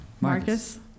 Marcus